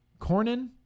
Cornyn